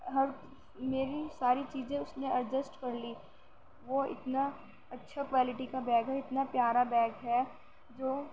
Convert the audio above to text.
ہر میری ساری چیزیں اُس میں ایڈجسٹ کر لی وہ اتنا اچھا کوائلٹی کا بیگ ہے اتنا پیارا بیگ ہے جو